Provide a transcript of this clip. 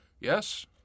Yes